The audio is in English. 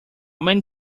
many